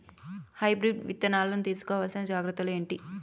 Hybrid విత్తనాలు తీసుకోవాల్సిన జాగ్రత్తలు ఏంటి?